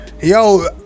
Yo